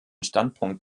standpunkt